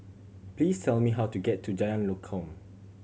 please tell me how to get to Jalan Lokam